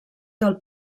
del